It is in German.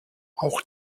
auch